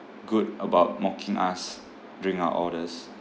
good about mocking us during our orders